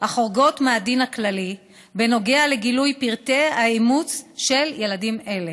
החורגות מהדין הכללי בנוגע לגילוי פרטי האימוץ של ילדים אלה.